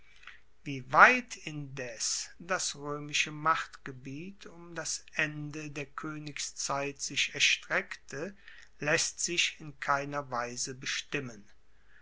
wie weit indes das roemische machtgebiet um das ende der koenigszeit sich erstreckte laesst sich in keiner weise bestimmen